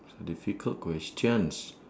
difficult questions